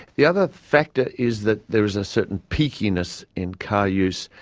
the other factor is that there is a certain peakiness in car use,